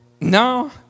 no